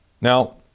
Now